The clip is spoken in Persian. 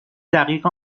دقیق